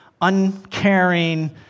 uncaring